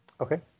okay